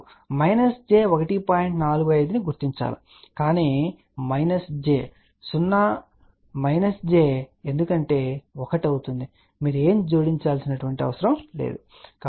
45 ను గుర్తించండి కానీ j 0 j ఎందుకంటే 1 అవుతుంది మీరు ఏమీ జోడించాల్సిన అవసరం లేదు